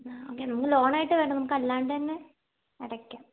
okay നമുക്ക് loan ആയിട്ട് വേണ്ട നമുക്ക് അല്ലാണ്ട് തന്നെ അടക്കാം